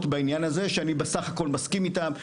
בעניין הזה שאני בסך הכל מסכים איתם.